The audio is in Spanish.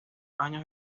años